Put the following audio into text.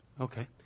Okay